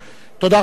תודה רבה.